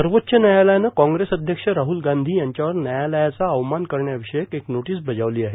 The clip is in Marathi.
सर्वोच्च न्यायालयानं कांग्रेस अध्यक्ष राहल गांधी यांच्यावर न्यायालयाचा अवमान करण्याविषयक एक नोटीस बजावली आहे